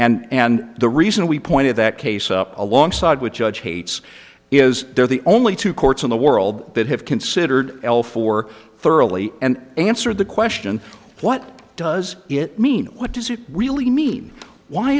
and the reason we pointed that case up along side with judge hates is they're the only two courts in the world that have considered l four thoroughly and answer the question what does it mean what does it really mean why